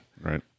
Right